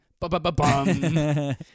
Ba-ba-ba-bum